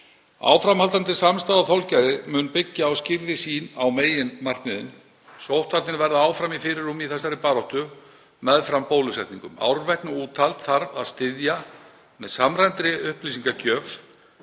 Áframhaldandi samstaða og þolgæði mun byggja á skýrri sýn á meginmarkmiðin. Sóttvarnir verða áfram í fyrirrúmi í þessari baráttu meðfram bólusetningum. Árvekni og úthald þarf að styðja með samræmdri upplýsingagjöf